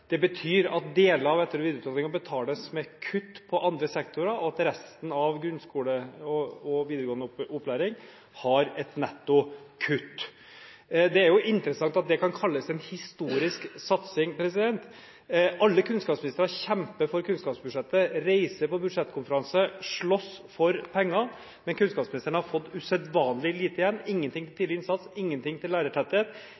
Det betyr at deler av etter- og videreutdanningen betales med kutt på andre sektorer, og at resten av grunnskoleopplæringen og videregående opplæring har et netto kutt. Det er jo interessant at det kan kalles en historisk satsing. Alle kunnskapsministre kjemper for kunnskapsbudsjettet, reiser på budsjettkonferanse, slåss for penger. Men kunnskapsministeren har fått usedvanlig lite igjen: ingenting til